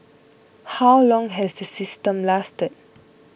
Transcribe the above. how long has the system lasted